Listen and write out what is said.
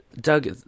Doug